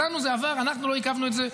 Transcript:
אותנו זה עבר, אנחנו לא עיכבנו את זה.